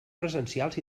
presencials